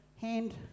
hand